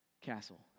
castle